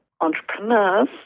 entrepreneurs